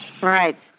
right